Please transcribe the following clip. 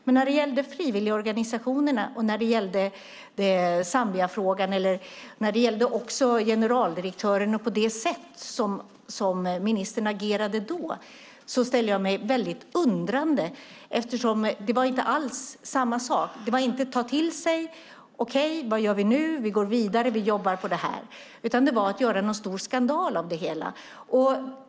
Men när det gällde frivilligorganisationerna och Zambiafrågan och också generaldirektören och det sätt som ministern då agerade på ställer jag mig väldigt undrande, eftersom det inte alls var samma sak. Det handlade inte om att ta till sig detta och säga: Okej, vad gör vi nu? Vi går vidare. Vi jobbar på det här. Det handlade i stället om att göra någon stor skandal av det hela.